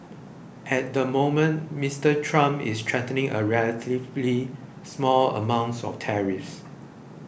at the moment Mister Trump is threatening a relatively small amounts of tariffs